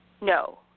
No